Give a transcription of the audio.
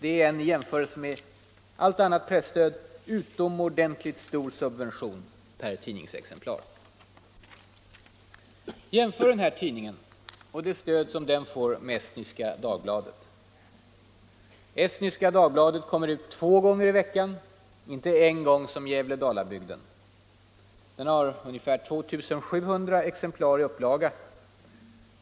Det är en, i jämförelse med allt annat presstöd, utomordentligt stor subvention per tidningsexemplar. Jämför den tidningen och det stöd den får med Estniska Dagbladet. Den tidningen kommer ut två gånger i veckan, inte en gång som Gävle Dalabygden. Den har 2 700 exemplar i upplaga.